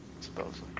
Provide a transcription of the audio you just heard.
supposedly